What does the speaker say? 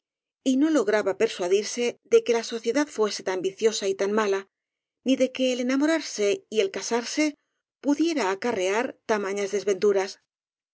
y no lograba persuadirse de que la sociedad fuese tan viciosa y tan mala ni de que el enamorarse y el casarse pudiera acarrear tamañas desventuras